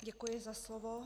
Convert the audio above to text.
Děkuji za slovo.